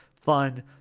fun